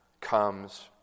comes